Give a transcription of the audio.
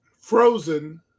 Frozen